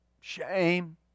shame